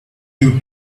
you